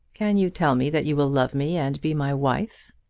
can you tell me that you will love me and be my wife?